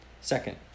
second